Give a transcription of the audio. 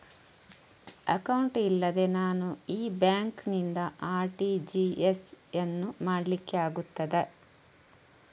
Account ಇಲ್ಲದೆ ನಾನು ಈ ಬ್ಯಾಂಕ್ ನಿಂದ ಆರ್.ಟಿ.ಜಿ.ಎಸ್ ಯನ್ನು ಮಾಡ್ಲಿಕೆ ಆಗುತ್ತದ?